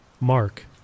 Mark